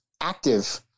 active